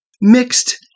mixed